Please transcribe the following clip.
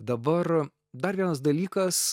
dabar dar vienas dalykas